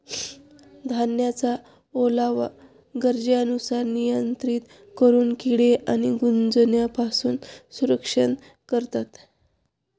धान्याचा ओलावा गरजेनुसार नियंत्रित करून किडे आणि कुजण्यापासून संरक्षण करता येते